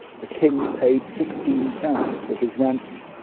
the king paid sixteen pounds for his ransom.